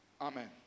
amen